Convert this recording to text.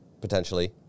potentially